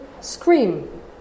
scream